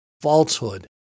falsehood